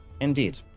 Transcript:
Indeed